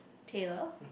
Taylor